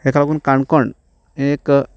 तेका लागून काणकोण एक